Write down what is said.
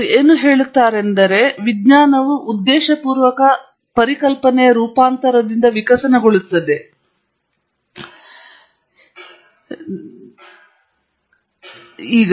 ಅವರು ಏನು ಹೇಳುತ್ತಾರೆಂದರೆ ವಿಜ್ಞಾನವು ಉದ್ದೇಶಪೂರ್ವಕ ಪರಿಕಲ್ಪನೆಯ ರೂಪಾಂತರದಿಂದ ವಿಕಸನಗೊಳ್ಳುತ್ತದೆ ಈ ಕೆಳಗಿನ ಆಯ್ಕೆಯ ನಿಯಮಗಳಿಗೆ ಒಳಪಟ್ಟಿರುತ್ತದೆ